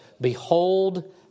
Behold